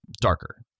Darker